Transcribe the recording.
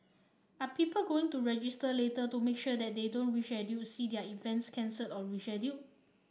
are people going to register later to make sure that they don't their events cancelled or rescheduled